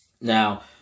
Now